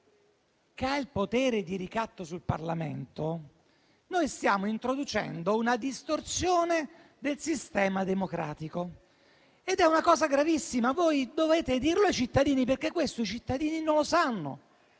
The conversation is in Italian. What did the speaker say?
che ha potere di ricatto sul Parlamento, stiamo introducendo una distorsione del sistema democratico ed è una cosa gravissima. Voi dovete dirlo ai cittadini, perché questo i cittadini non lo sanno.